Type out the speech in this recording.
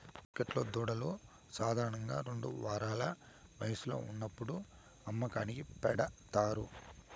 మార్కెట్లో దూడలు సాధారణంగా రెండు వారాల వయస్సులో ఉన్నప్పుడు అమ్మకానికి పెడతారు